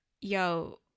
yo